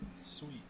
Sweet